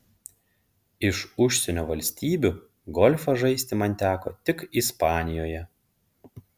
iš užsienio valstybių golfą žaisti man teko tik ispanijoje